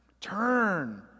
turn